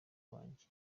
wanjye